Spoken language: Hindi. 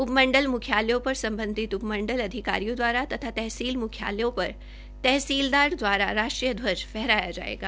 उप मण्डल म्ख्यालयों पर सम्बन्धित उप मण्डल अधिकारियों द्वारा तथा तहसील म्ख्यालयों पर तहसीलदार द्वारा राष्ट्रीय ध्वज फहराया जाएगा